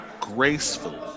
gracefully